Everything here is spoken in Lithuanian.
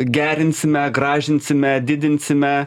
gerinsime gražinsime didinsime